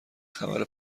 خبر